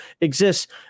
exists